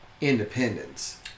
independence